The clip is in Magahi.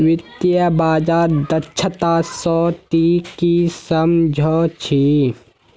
वित्तीय बाजार दक्षता स ती की सम झ छि